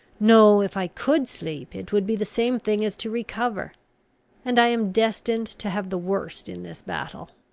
no, if i could sleep, it would be the same thing as to recover and i am destined to have the worst in this battle.